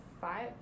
five